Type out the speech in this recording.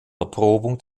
erprobung